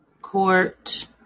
Court